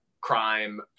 crime